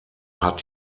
hat